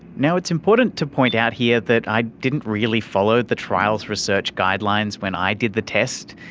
now, it's important to point out here that i didn't really follow the trial's research guidelines when i did the test.